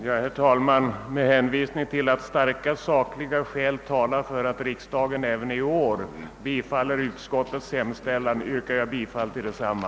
Herr talman! Med hänvisning till att det finns starka sakliga skäl för att riksdagen även i år bifaller utskottets hemställan yrkar jag bifall till denna.